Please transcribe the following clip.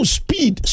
speed